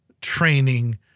training